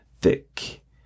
thick